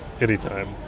anytime